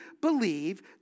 believe